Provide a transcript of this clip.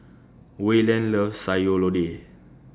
Wayland loves Sayur Lodeh